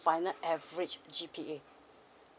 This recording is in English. final average G_P_A